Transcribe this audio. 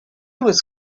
was